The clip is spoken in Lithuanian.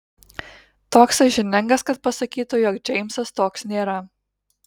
toks sąžiningas kad pasakytų jog džeimsas toks nėra